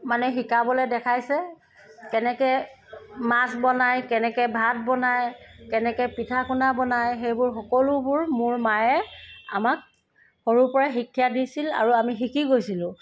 মানে শিকাবলৈ দেখাইছে কেনেকৈ মাছ বনাই কেনেকৈ ভাত বনাই কেনেকৈ পিঠা পনা বনাই সেইবোৰ সকলোবোৰ মোৰ মায়ে আমাক সৰুৰ পৰাই শিক্ষা দিছিল আৰু আমি শিকি গৈছিলো